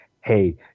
hey